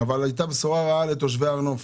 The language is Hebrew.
אבל הייתה בשורה רעה לתושבי הר נוף.